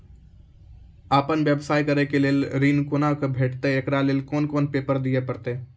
आपन व्यवसाय करै के लेल ऋण कुना के भेंटते एकरा लेल कौन कौन पेपर दिए परतै?